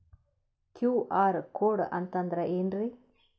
QR code ಅಂತಂದ್ರ ಏನ್ರೀ?